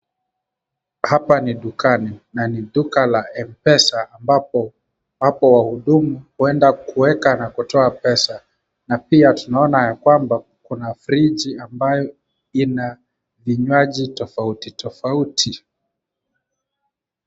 Hapa ni dukani na ni duka la mpesa ambapo wahudumu huenda kuweka na kutoa pesa na pia tunaona ya kwamba kuna friji ambayo ina vinywaji tofauti tofauti.